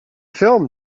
film